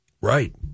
Right